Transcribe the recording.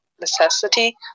necessity